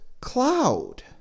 cloud